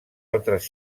altres